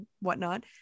whatnot